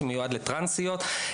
שמיועד לטרנסיות.